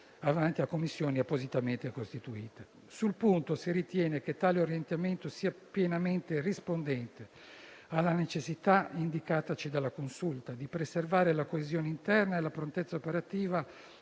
davanti alle commissioni appositamente costituite. Sul punto si ritiene che tale orientamento sia pienamente rispondente alla necessità, indicataci dalla Consulta, di preservare la coesione interna e la prontezza operativa